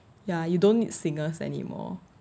ya you don't need singers anymore